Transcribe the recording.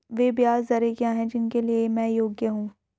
वे ब्याज दरें क्या हैं जिनके लिए मैं योग्य हूँ?